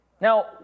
Now